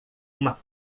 uma